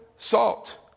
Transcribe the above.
salt